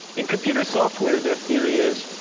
in computer software their theory is